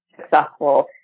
successful